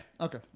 Okay